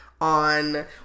on